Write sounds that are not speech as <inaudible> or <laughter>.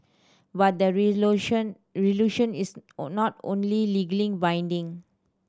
but the <unintelligible> is <hesitation> not only legally binding